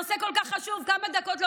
ממש לא, ואני אגיד לך למה.